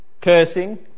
cursing